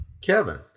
Kevin